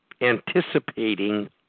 anticipating